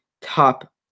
top